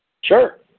Sure